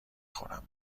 خورم